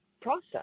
process